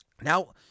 Now